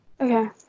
Okay